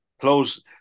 close